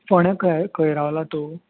फोण्या खंय खंय रावला तूं